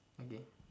okay